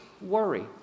worry